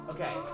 Okay